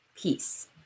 peace